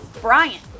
Brian